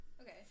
Okay